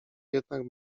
jednak